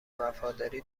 وفاداری